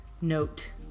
note